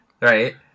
Right